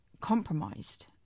compromised